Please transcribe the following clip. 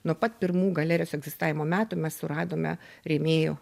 nuo pat pirmų galerijos egzistavimo metų mes suradome rėmėjų